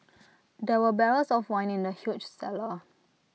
there were barrels of wine in the huge cellar